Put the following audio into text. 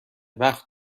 وقت